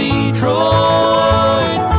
Detroit